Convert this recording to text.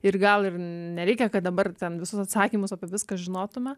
ir gal ir nereikia kad dabar ten visus atsakymus apie viską žinotume